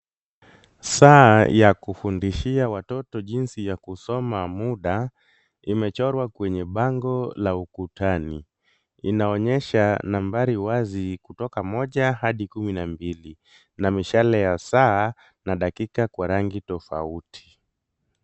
Saa ya kufundishia watoto jinsi ya kusoma muda imechorwa kwenye bango la ukutani, inaonyesha nambari wazi kutoka moja hadi kumi na mbili, na mishale ya saa na dakika kwa rangi tofauti.